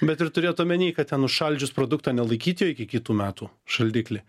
bet ir turėt omeny kad ten užšaldžius produktą nelaikyt jo iki kitų metų šaldikly